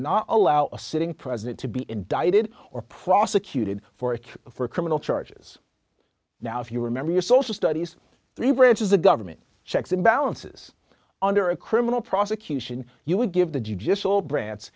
not allow a sitting president to be indicted or prosecuted for it for criminal charges now if you remember your social studies the branches of government checks and balances under a criminal prosecution you would give the judicial branch